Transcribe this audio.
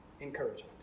encouragement